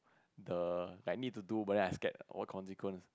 the need to do but then I scared what consequence